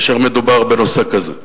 בעיקר כאשר מדובר בנושא כזה.